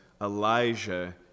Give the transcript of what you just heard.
Elijah